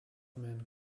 man